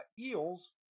eels